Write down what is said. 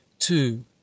two